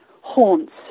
haunts